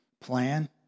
plan